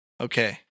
Okay